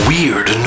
Weird